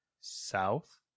south